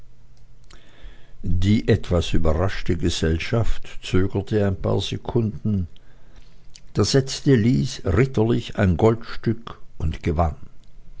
die etwas überraschte gesellschaft zögerte ein paar sekunden da setzte lys ritterlich ein goldstück und gewann